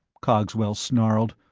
cogswell snarled.